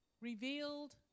revealed